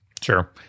Sure